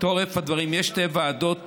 תורף הדברים: יש שתי ועדות